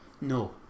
No